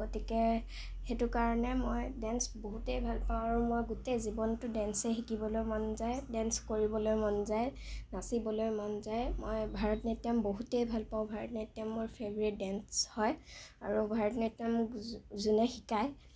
গতিকে সেইটো কাৰণে মই ডেন্স বহুতেই ভালপাওঁ আৰু মই গোটেই জীৱনটো ডেন্সে শিকিবলৈ মন যায় ডেন্স কৰিবলৈ মন যায় নাচিবলৈ মন যায় মই ভাৰত নাট্যম বহুতে ভালপাওঁ ভাৰত নাট্যম মোৰ ফেভৰেট ডেন্স হয় আৰু ভাৰত নাট্যম মোক যোন যোনে শিকায়